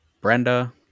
Brenda